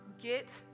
get